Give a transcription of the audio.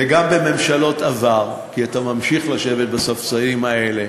וגם בממשלות עבר, כי אתה ממשיך לשבת בספסלים האלה.